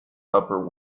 upper